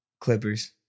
Clippers